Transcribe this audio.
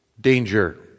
danger